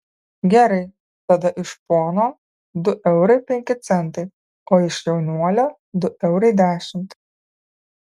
gerai tada iš pono du eurai penki centai o iš jaunuolio du eurai dešimt